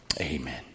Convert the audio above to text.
amen